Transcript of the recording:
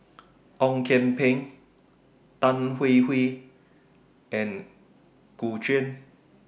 Ong Kian Peng Tan Hwee Hwee and Gu Juan